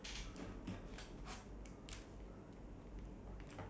ya I'll I'll try to find like a day when I'm off ah